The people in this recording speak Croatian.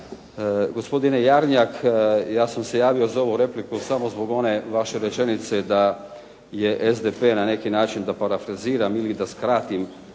Gospodine Jarnjak, ja sam se javio za ovu repliku samo zbog one vaše rečenice da je SDP na neki način da parafraziram ili da skratim